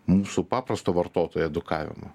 mūsų paprasto vartotojo edukavimą